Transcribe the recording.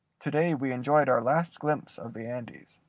to-day we enjoyed our last glimpse of the andes.